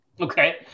Okay